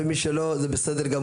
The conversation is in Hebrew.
ומי שלא זה בסדר,